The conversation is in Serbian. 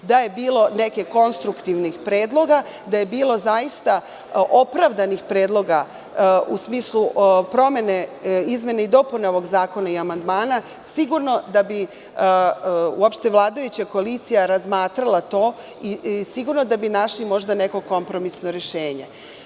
Da je bilo nekih konstruktivnih predloga, da je bilo zaista opravdanih predloga, u smislu promene, izmene i dopune ovog zakona i amandmana, sigurno da bi uopšte vladajuća koalicija razmatrala to i sigurno da bi našli možda neko kompromisno rešenje.